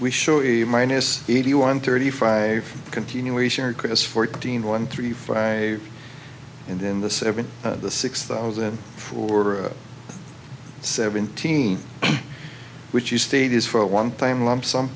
we show a minus eighty one thirty five continuation or chris fourteen one three four i in the seven the six thousand for seventeen which you state is for a one time lump sum